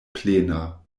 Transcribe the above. plena